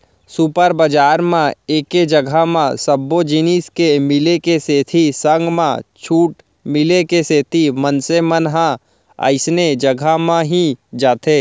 super बजार म एके जघा म सब्बो जिनिस के मिले के सेती संग म छूट मिले के सेती मनसे मन ह अइसने जघा म ही जाथे